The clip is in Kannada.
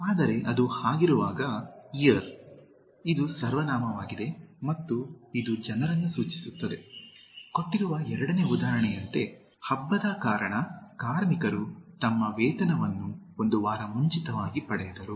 ಆದರೆ ಅದು ಆಗಿರುವಾಗ ಇಯರ್ ಇದು ಸರ್ವನಾಮವಾಗಿದೆ ಮತ್ತು ಇದು ಜನರನ್ನು ಸೂಚಿಸುತ್ತದೆ ಕೊಟ್ಟಿರುವ ಎರಡನೇ ಉದಾಹರಣೆಯಂತೆ ಹಬ್ಬದ ಕಾರಣ ಕಾರ್ಮಿಕರು ತಮ್ಮ ವೇತನವನ್ನು ಒಂದು ವಾರ ಮುಂಚಿತವಾಗಿ ಪಡೆದರು